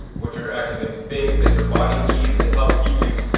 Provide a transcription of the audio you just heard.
which are actually the things that your body needs to help keep you,